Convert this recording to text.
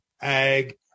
ag